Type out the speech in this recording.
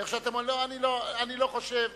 אני לא חושב.